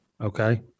Okay